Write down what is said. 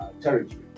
territory